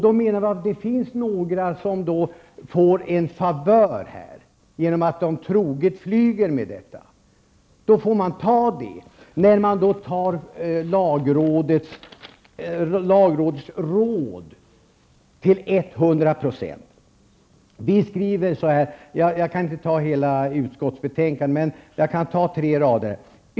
Vi menar att det finns några som får en favör genom att de troget flyger med detta bolag. Detta får man ta, när man följer lagrådets råd till 100 %. Jag kan inte läsa upp hela utskottsbetänkandet, men jag kan ta tre rader.